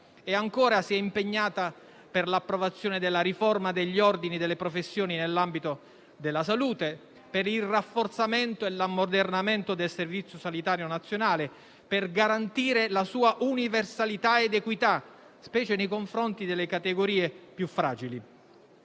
anche impegnata per l'approvazione della riforma degli ordini e delle professioni nell'ambito della salute, per il rafforzamento e l'ammodernamento del Servizio sanitario nazionale, per garantire la sua universalità ed equità, specialmente nei confronti delle categorie più fragili.